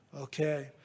okay